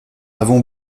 avons